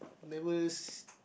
there was